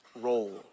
role